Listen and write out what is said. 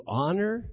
honor